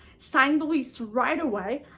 signed the lease right away,